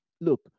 Look